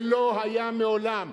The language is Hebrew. זה לא היה מעולם.